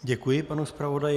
Děkuji panu zpravodaji.